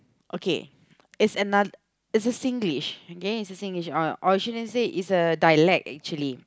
okay it's anoth~ it's a Singlish okay it's a Singlish or or you shouldn't say it's a dialect actually